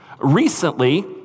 Recently